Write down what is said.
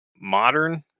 modern